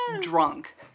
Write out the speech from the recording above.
drunk